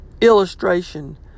illustration